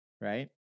right